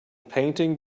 painting